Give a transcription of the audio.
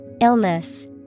Illness